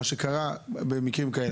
ומה שקורה במקרים כאלה.